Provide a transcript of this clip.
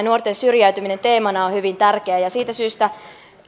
nuorten syrjäytyminen teemana on hyvin tärkeä siitä syystä